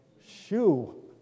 shoe